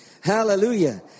Hallelujah